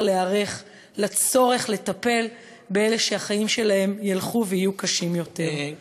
להיערך לצורך לטפל באלה שהחיים שלהם ילכו ויהיו קשים יותר.